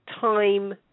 time